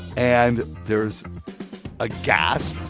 and there's a gasp